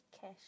cash